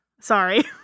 Sorry